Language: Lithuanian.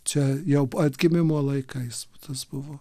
čia jau atgimimo laikais tas buvo